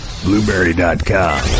Blueberry.com